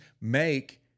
make